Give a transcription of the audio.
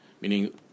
meaning